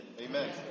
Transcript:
Amen